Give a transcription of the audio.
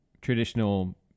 Traditional